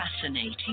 fascinating